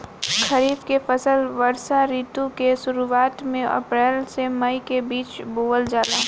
खरीफ के फसल वर्षा ऋतु के शुरुआत में अप्रैल से मई के बीच बोअल जाला